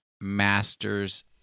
Masters